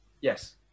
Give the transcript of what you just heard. Yes